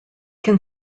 can